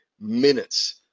minutes